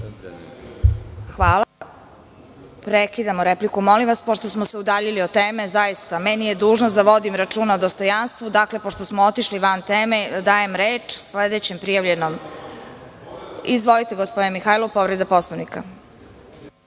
Hvala. Prekidamo repliku, molim vas, pošto smo se udaljili od teme. Meni je dužnost da vodim računa o dostojanstvu. Dakle, pošto smo otišli van teme, dajem reč sledećem prijavljenom govorniku. Izvolite, gospodine Mihajlov, povreda Poslovnika.